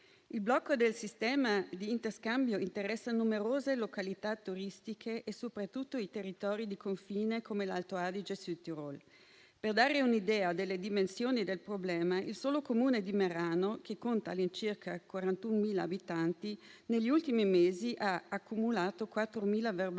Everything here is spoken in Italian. Il blocco del sistema di interscambio interessa numerose località turistiche e soprattutto i territori di confine, come l'Alto Adige-Südtirol. Per dare un'idea delle dimensioni del problema, il solo comune di Merano, che conta all'incirca 41.000 abitanti, negli ultimi mesi ha accumulato 4.000 verbali